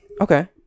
okay